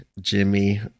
Jimmy